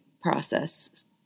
process